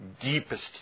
deepest